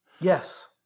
Yes